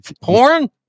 Porn